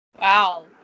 Wow